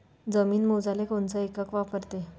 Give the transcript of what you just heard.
जमीन मोजाले कोनचं एकक वापरते?